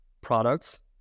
products